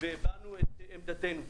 והבענו את עמדתנו.